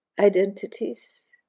identities